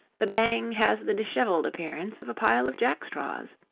the bang has the dishevelled appearance of a pile of jack-straws.